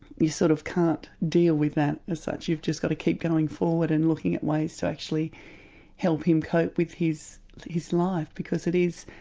you sort of can't deal with that as such, you've just got to keep going forward and looking at ways to actually help him cope with his his life because it is.